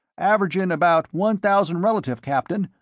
averagin' about one thousand relative, captain,